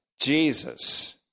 Jesus